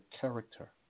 character